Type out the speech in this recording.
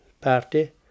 Party